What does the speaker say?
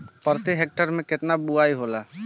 प्रति हेक्टेयर केतना बुआई होला?